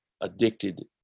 addicted